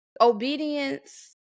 obedience